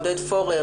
ח"כ עודד פורר,